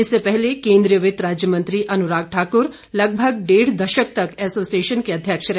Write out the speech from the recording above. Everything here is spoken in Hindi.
इससे पहले केंद्रीय वित्त राज्य मंत्री अनुराग ठाकुर लगभग डेढ दशक तक एसोसिएशन के अध्यक्ष रहे